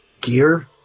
gear